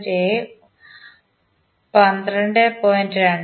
28 13